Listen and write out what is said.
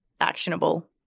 actionable